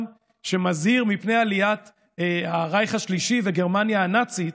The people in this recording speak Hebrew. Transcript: שמזהיר מפני עליית הרייך השלישי וגרמניה הנאצית,